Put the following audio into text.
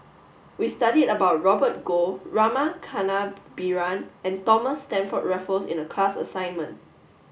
we studied about Robert Goh Rama Kannabiran and Thomas Stamford Raffles in the class assignment